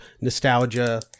nostalgia